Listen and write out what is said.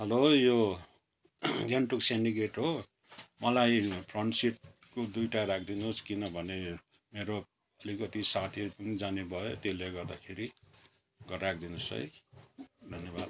hello यो गान्तोक सेन्टिगेट हो मलाई फ्रन्ट सिटको दुईवटा राखिदिनु होस् किनभने मेरो अलिकति साथीहरू पनि जाने भयो त्यसले गर्दाखेरि राखिदिनु होस् है धन्यवाद